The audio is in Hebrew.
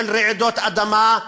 של רעידות אדמה,